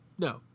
No